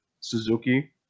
Suzuki